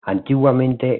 antiguamente